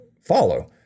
follow